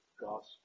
gospel